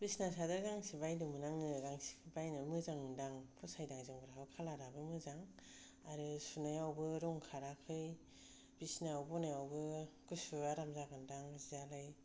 बिसिना सादोर गांसे बायदोंमोन आङो गांसे बायना मोजां मोनदों आं फसायदाों आं जोमग्राखौ कालार आबो मोजां आरो सुनायावबो रं खाराखै बिसिनायव बनायावबो गुसु आराम जागोन दां जियालाय